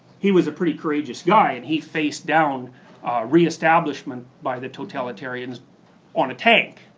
he was a pretty courageous guy and he faced down reestablishment by the totalitarians on a tank.